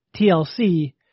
TLC